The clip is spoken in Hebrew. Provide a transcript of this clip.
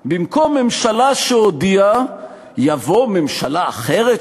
שהביע",/ במקום "ממשלה שהודיעה" יבוא "ממשלה אחרת